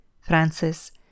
Francis